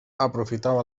aprofitava